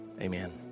Amen